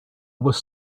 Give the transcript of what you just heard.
was